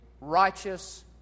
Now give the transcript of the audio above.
righteous